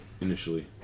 initially